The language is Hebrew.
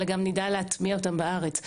אלא גם נדע להטמיע אותם בארץ.